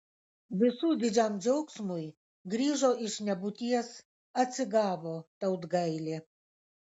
visų didžiam džiaugsmui grįžo iš nebūties atsigavo tautgailė